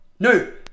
No